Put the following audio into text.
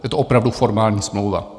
Je to opravdu formální smlouva.